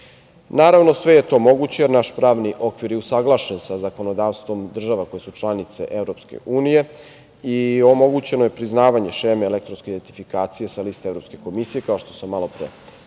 Naravno, sve je to moguće. Naš pravni okvir je usaglašen sa zakonodavstvom država koje su članice EU i omogućeno je priznavanje šeme elektronske identifikacije sa liste Evropske komisije, kao što sam malopre